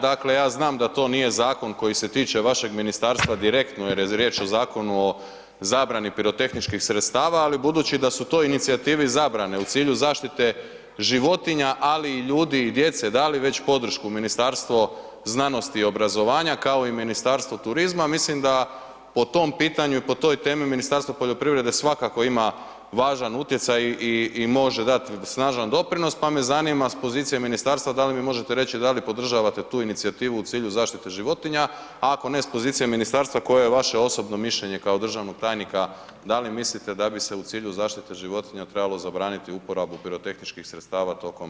Dakle, ja znam da to nije zakon koji se tiče vašeg ministarstva direktno, jer je riječ o Zakonu o zabrani pirotehničkih sredstava, ali budući da su toj inicijativi zabrane u cilju zaštite životinja, ali i ljudi i djece, dali već podršku Ministarstvo znanosti i obrazovanja, kao i Ministarstvo turizma, mislim da po tom pitanju i po toj temi Ministarstvo poljoprivrede svakako ima važan utjecaj i može dati snažan doprinos, pa me zanima s pozicije ministarstva, da li mi možete reći da li podržavate tu inicijativu u cilju zaštite životinja, a ako ne, s pozicije ministarstva, koje je vaše osobno mišljenje kao državnog tajnika, da li mislite da bi se u cilju zaštite životinja trebalo zabraniti uporabu pirotehničkih sredstava tokom cijele godine.